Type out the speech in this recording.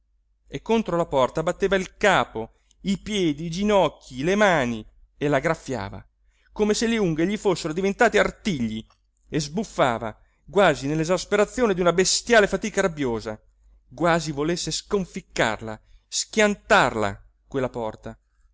e contro la porta batteva il capo i piedi i ginocchi le mani e la graffiava come se le unghie gli fossero diventate artigli e sbuffava quasi nell'esasperazione d'una bestiale fatica rabbiosa quasi volesse sconficcarla schiantarla quella porta